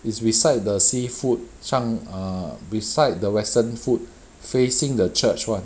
is beside the seafood 上 err beside the western food facing the church [one]